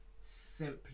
simply